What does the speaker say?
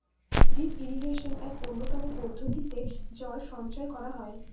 drip ইরিগেশনে এক উন্নতম পদ্ধতিতে জল সঞ্চয় করা হয়